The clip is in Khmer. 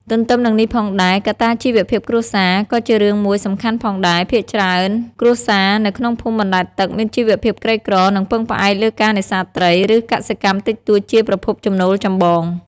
ទន្ទឹមនឹងនេះផងដែរ កត្តាជីវភាពគ្រួសារក៏ជារឿងមួយសំខាន់ផងដែរ ភាគច្រើនគ្រួសារនៅក្នុងភូមិបណ្តែតទឹក មានជីវភាពក្រីក្រ និងពឹងផ្អែកលើការនេសាទត្រី ឬកសិកម្មតិចតួចជាប្រភពចំណូលចម្បង។